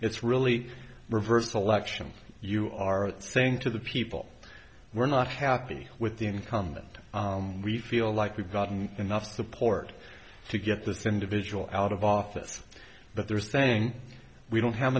it's really reversed election you are saying to the people we're not happy with the incumbent we feel like we've gotten enough support to get this individual out of office but they're saying we don't have